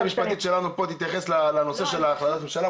המשפטית שלנו תתייחס לנושא של החלטת הממשלה,